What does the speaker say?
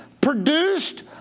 produced